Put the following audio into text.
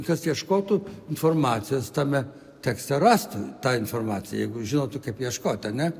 kas ieškotų informacijos tame tekste rastų tą informaciją jeigu žinotų kaip ieškot ane